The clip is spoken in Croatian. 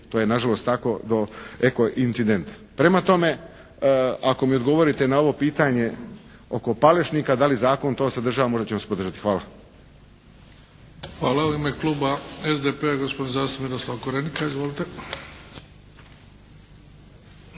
to je nažalost tako, do eko incidenta. Prema tome, ako mi odgovorite na ovo pitanje oko Palešnika da li zakon to sadržava možda ću vas podržati. Hvala. **Bebić, Luka (HDZ)** Hvala. U ime kluba SDP-a gospodin zastupnik Miroslav Korenika. Izvolite.